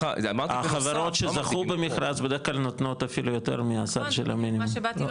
החברות שזכו במכרז בדרך כלל נותנות אפילו יותר מהסל המינימום.